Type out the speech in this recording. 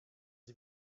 sie